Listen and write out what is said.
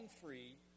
free